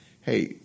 hey